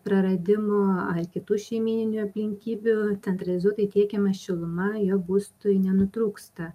praradimo ar kitų šeimyninių aplinkybių centralizuotai tiekiama šiluma jo būstui nenutrūksta